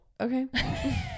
Okay